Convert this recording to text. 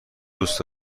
دوست